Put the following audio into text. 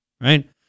Right